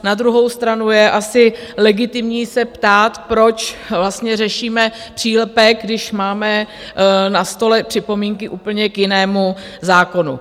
Na druhou stranu je asi legitimní se ptát, proč vlastně řešíme přílepek, když máme na stole připomínky k úplně jinému zákonu.